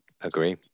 agree